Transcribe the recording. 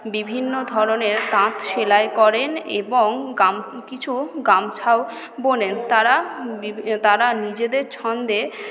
বিভিন্ন ধরণের তাঁত সেলাই করেন এবং গাম কিছু গামছাও বোনেন তাঁরা বিভিন্ন তাঁরা নিজেদের ছন্দে